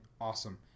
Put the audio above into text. Awesome